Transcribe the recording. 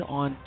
on